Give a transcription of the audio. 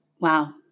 Wow